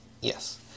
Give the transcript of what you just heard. Yes